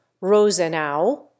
Rosenau